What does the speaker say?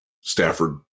Stafford